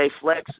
Flex